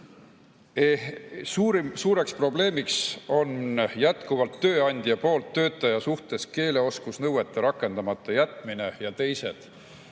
Suur probleem on jätkuvalt tööandja poolt töötaja suhtes keeleoskusnõuete rakendamata jätmine ja teised